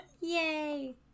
Yay